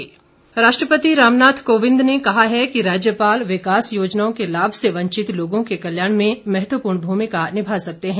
सम्मेलन राष्ट्रपति रामनाथ कोविंद ने कहा है कि राज्यपाल विकास योजनाओं के लाभ से वंचित लोगों के कल्याण में महत्वपूर्ण भूमिका निभा सकते हैं